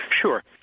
Sure